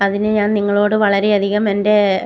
അതിന് ഞാൻ നിങ്ങളോട് വളരെയധികം എൻ്റെ